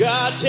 God